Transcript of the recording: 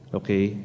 okay